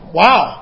wow